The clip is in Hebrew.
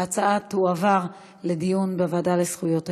ההצעה תועבר לדיון בוועדה לזכויות הילד.